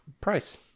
price